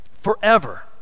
Forever